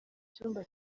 cyumba